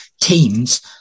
teams